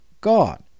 God